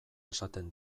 esaten